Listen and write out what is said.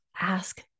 ask